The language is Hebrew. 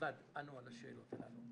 בלבד ענו על השאלות הללו.